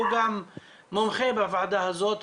הוא גם מומחה בוועדה הזאת,